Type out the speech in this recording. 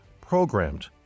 programmed